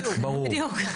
בדיוק.